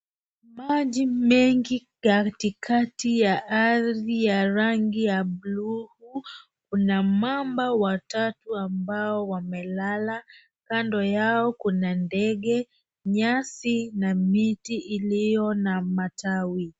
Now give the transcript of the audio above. Maji mengi katika ardhi ya rangi ya bluu. Kuna mamba watatu ambao wamelala. Kando yao kuna ndege, nyasi na miti iliyo na matawi.